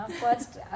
First